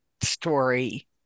story